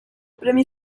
premio